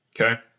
Okay